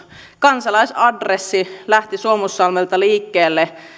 kansalaisadressi lähti suomussalmelta liikkeelle